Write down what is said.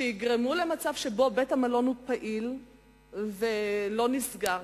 שיגרמו למצב שבו בית-המלון פעיל ולא נסגר,